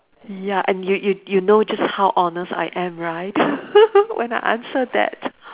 ya and you you you know just how honest I am right when I answer that